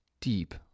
deep